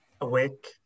Awake